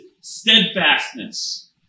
steadfastness